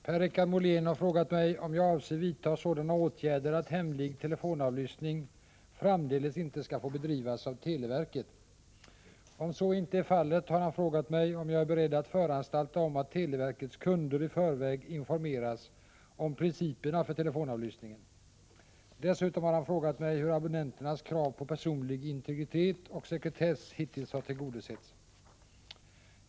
Herr talman! Per-Richard Molén har frågat mig om jag avser vidta sådana åtgärder att hemlig telefonavlyssning framdeles inte skall få bedrivas av televerket. Om så inte är fallet har han frågat mig om jag är beredd att föranstalta om att televerkets kunder i förväg informeras om principerna för telefonavlyssningen. Dessutom har han frågat mig hur abonnenternas krav på personlig integritet och sekretess hittills har tillgodosetts.